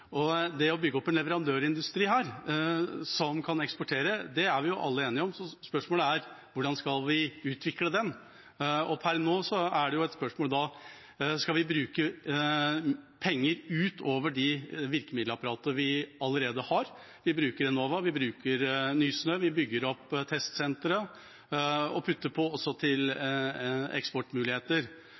Å bygge opp en leverandørindustri her, som kan eksportere, det er vi alle enige om, så spørsmålet er: Hvordan skal vi utvikle den? Per nå er det et spørsmål om vi skal bruke penger utover det virkemiddelapparatet vi allerede har. Vi bruker Enova, vi bruker Nysnø, vi bygger opp testsentre og øker også til det med eksportmuligheter.